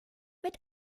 mit